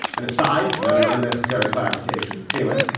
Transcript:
an aside, not an unnecessary clarification. anyway,